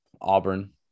Auburn